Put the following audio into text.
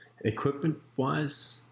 equipment-wise